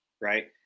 Right